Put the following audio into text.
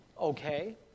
Okay